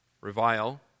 revile